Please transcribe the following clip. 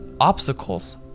obstacles